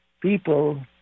people